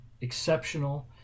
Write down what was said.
exceptional